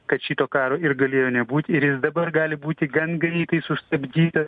kad šito karo ir galėjo nebūti ir jis dabar gali būti gan greitai sustabdyta